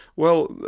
well,